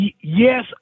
yes